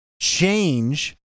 change